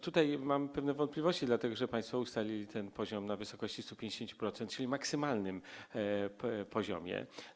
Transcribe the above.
Tutaj mam pewne wątpliwości, dlatego że państwo ustalili ten poziom na wysokości 150%, czyli maksymalny poziom.